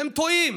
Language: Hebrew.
והם טועים,